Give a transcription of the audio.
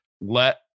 let